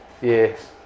Yes